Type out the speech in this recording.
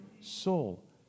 soul